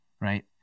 right